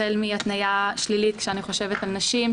החל מהתניה שלילית כשאני חושבת על נשים,